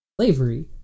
slavery